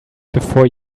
before